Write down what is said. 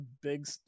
big